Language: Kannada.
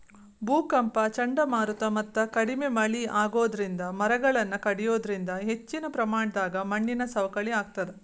ಭೂಕಂಪ ಚಂಡಮಾರುತ ಮತ್ತ ಕಡಿಮಿ ಮಳೆ ಆಗೋದರಿಂದ ಮರಗಳನ್ನ ಕಡಿಯೋದರಿಂದ ಹೆಚ್ಚಿನ ಪ್ರಮಾಣದಾಗ ಮಣ್ಣಿನ ಸವಕಳಿ ಆಗ್ತದ